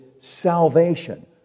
salvation